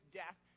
death